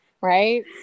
Right